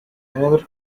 another